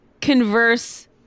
converse